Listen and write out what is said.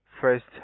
first